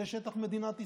זה שטח מדינת ישראל.